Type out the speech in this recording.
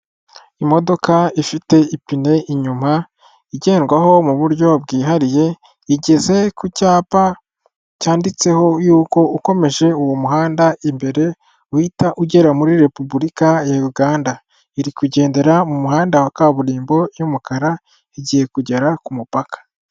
Imodoka ifite ipine inyuma, igendwaho mu buryo bwihariye, igeze ku cyapa cyanditseho yuko ukomeje uwo muhanda imbere, uhita ugera muri repubulika ya Uganda. Iri kugendera mu muhanda wa kaburimbo y'umukara, igiye kugera ku mupaka.